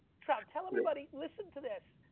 trout, tell everybody, listen to this,